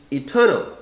eternal